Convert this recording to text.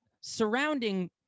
surrounding